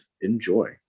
enjoy